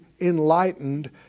enlightened